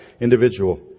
individual